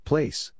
Place